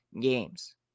games